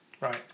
Right